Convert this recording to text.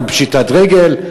אנחנו בפשיטת רגל,